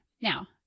Now